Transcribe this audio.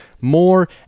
more